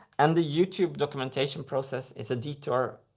and the youtube documentation process is a detour.